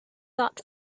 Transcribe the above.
thought